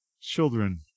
children